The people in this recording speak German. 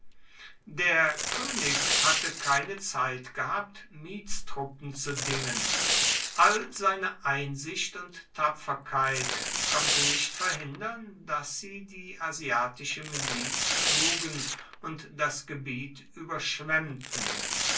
der könig hatte keine zeit gehabt mietstruppen zu dingen all seine einsicht und tapferkeit konnte nicht verhindern daß sie die asiatische miliz schlugen und das gebiet überschwemmten